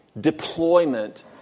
deployment